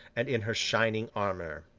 and in her shining armour.